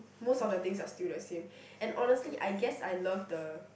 most of the things are still the same and honestly I guess I love the